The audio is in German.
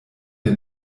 der